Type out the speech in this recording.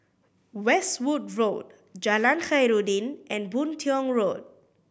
Westwood Road Jalan Khairuddin and Boon Tiong Road